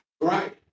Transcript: Right